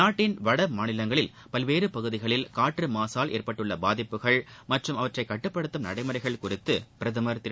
நாட்டின் வடமாநிலங்களில் பல்வேறு பகுதிகளில் காற்று மாசால் ஏற்பட்டுள்ள பாதிப்புகள் மற்றும் அவற்றை கட்டுப்படுத்தும் நடைமுறைகள் குறித்து பிரதமா் திரு